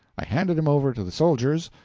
i handed him over to the soldiers,